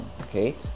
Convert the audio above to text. okay